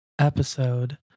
episode